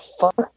fuck